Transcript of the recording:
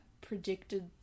predicted